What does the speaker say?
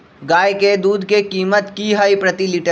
गाय के दूध के कीमत की हई प्रति लिटर?